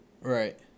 Right